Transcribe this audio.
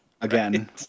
again